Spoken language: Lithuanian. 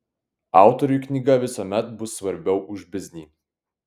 autoriui knyga visuomet bus svarbiau už biznį